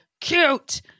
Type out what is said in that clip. cute